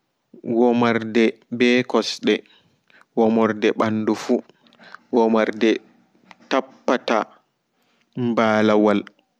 Womarde ɓe kosde womarde ɓandufu womarde tappata mɓaalawal